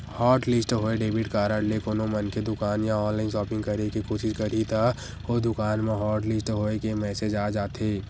hotlist होए debit card ले कोनो मनखे दुकान या ऑनलाईन सॉपिंग करे के कोसिस करही त ओ दुकान म हॉटलिस्ट होए के मेसेज आ जाथे